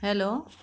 hello